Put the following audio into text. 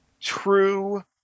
true